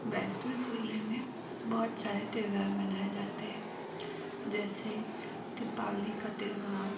बैतूल ज़िले में बहुत सारे त्यौहार मनाए जाते हैं जैसे दीपालवी का त्यौहार